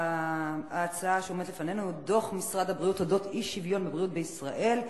הנושא שעומד לפנינו: דוח משרד הבריאות על האי-שוויון בבריאות בישראל,